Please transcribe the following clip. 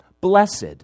Blessed